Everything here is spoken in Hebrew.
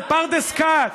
בפרדס כץ?